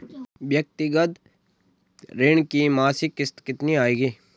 व्यक्तिगत ऋण की मासिक किश्त कितनी आएगी?